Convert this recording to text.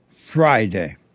Friday